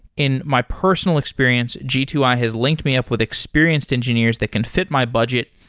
in my personal experience, g two i has linked me up with experienced engineers that can fit my budget,